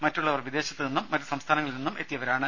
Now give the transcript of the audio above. മറ്റുള്ളവർ വിദേശത്ത് നിന്നും മറ്റു സംസ്ഥാന ങ്ങളിൽ നിന്നും എത്തിയവരാണ്